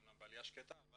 אמנם בעליה שקטה אבל